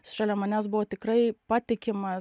šalia manęs buvo tikrai patikimas